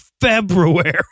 February